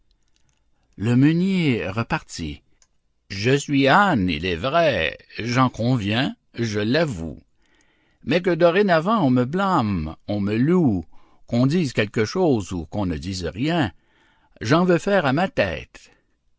le meunier repartit je suis âne il est vrai j'en conviens je l'avoue mais que dorénavant on me blâme on me loue qu'on dise quelque chose ou qu'on ne dise rien j'en veux faire à ma tête